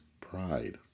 pride